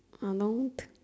unknown